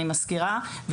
אני מזכירה,